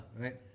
right